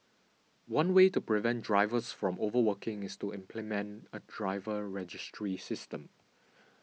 one way to prevent drivers from overworking is to implement a driver registry system